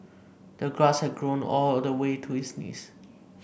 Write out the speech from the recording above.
the grass had grown all the way to his knees